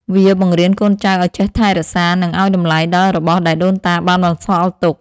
វាបង្រៀនកូនចៅឱ្យចេះថែរក្សា និងឱ្យតម្លៃដល់របស់ដែលដូនតាបានបន្សល់ទុក។